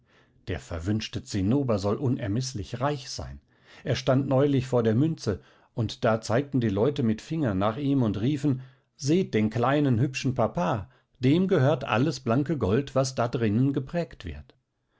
der verwünschte zinnober soll unermeßlich reich sein er stand neulich vor der münze und da zeigten die leute mit fingern nach ihm und riefen seht den kleinen hübschen papa dem gehört alles blanke gold was da drinnen geprägt wird